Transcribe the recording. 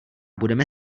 budeme